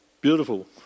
Beautiful